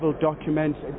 documents